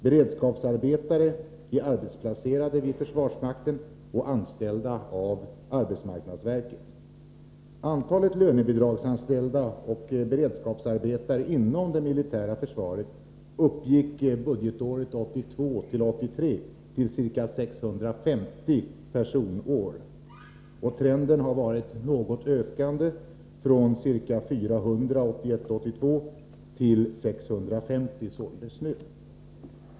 Beredskapsarbetare är arbetsplacerade vid försvarsmakten och anställda av arbetsmarknadsverket. Antalet lönebidragsanställda och beredskapsarbetare inom det militära försvaret uppgick budgetåret 1982 82 till som sagt 650 nu.